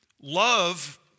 love